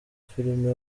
filime